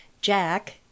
jack